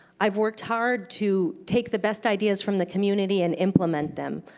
i've worked hard to take the best ideas from the community and implement them.